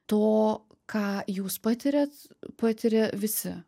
to ką jūs patiriat patiria visi